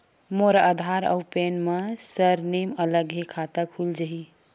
मोर आधार आऊ पैन मा सरनेम अलग हे खाता खुल जहीं?